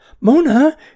Mona